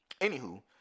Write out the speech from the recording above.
Anywho